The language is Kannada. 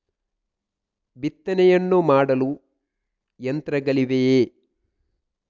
ಬಿತ್ತನೆಯನ್ನು ಮಾಡಲು ಯಂತ್ರಗಳಿವೆಯೇ?